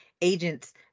agents